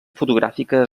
fotogràfica